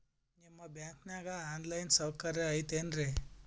ನಿಮ್ಮ ಬ್ಯಾಂಕನಾಗ online ಸೌಕರ್ಯ ಐತೇನ್ರಿ?